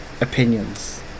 Opinions